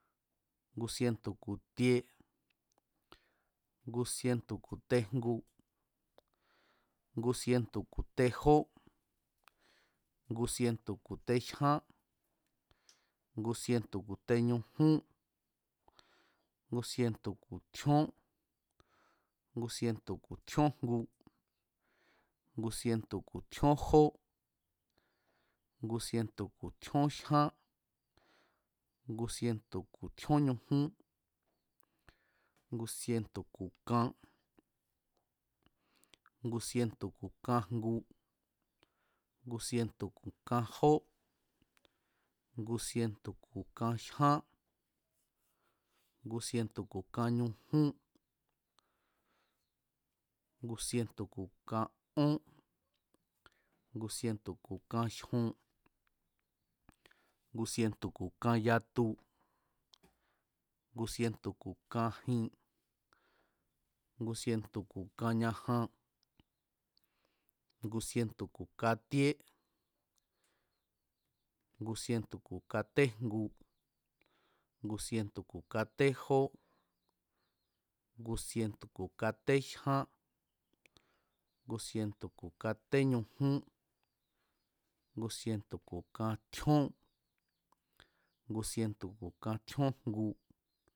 Ngu sientu̱ ku̱ tie ngu sientu̱ ku̱ tejngu, ngu sientu̱ ku̱ tejó, ngu sientu̱ ku̱ tejyán, ngu sientu̱ ku̱ teñujún, ngu sientu̱ ku̱ tjíón, ngu sientu̱ ku̱ tjíónjgu, ngu sientu̱ ku̱ tjíón jó, ngu sientu̱ ku̱ tjíón jyán, ngu sientu̱ ku̱ tjión ñujún, ngu sinetu̱ ku̱ kan, ngu sientu̱ ku̱ kajngu, ngu sientu̱ ku̱ kajó, ngu sientu̱ ku̱kajyan, ngu sientu̱ ku̱ kañujún, ngu sientu̱ ku̱ ka'ón, ngu sientu̱ ku̱ kajyon, ngu sientu̱ ku̱ kayatu, ngu sientu̱ ku̱ kajin, ngu sientu̱ ku̱ kañajuan, ngu sientu̱ ku̱ katíé, ngu sientu̱ ku̱ tatéjngu, ngu sinetu̱ ku̱ katejó, ngu sientu̱ ku̱ katéjyán, ngu sientu̱ ku̱ kateñujún, ngu sientu̱ ku̱ katjíón, ngu sinetu̱ ku̱ katjíón jngu